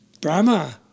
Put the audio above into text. Brahma